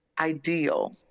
ideal